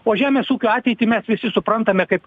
o žemės ūkio ateitį mes visi suprantame kaip